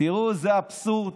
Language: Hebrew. תראו, זה אבסורד,